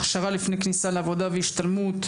הכשרה לפני כניסה לעבודה והשתלמות,